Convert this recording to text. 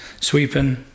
sweeping